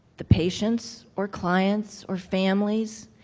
the patients or clients or families,